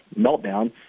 meltdown